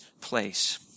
place